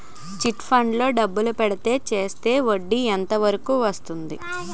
Chit funds లో డబ్బులు పెడితే చేస్తే వడ్డీ ఎంత వరకు వస్తుంది?